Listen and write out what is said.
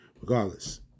Regardless